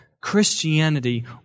Christianity